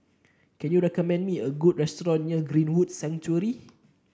can you recommend me a good restaurant near Greenwood Sanctuary